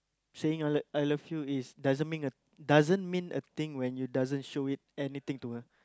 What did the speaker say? saying your l~ I love you is doesn't mean a doesn't mean a thing when you doesn't show it anything to her